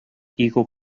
eagle